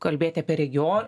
kalbėt apie regio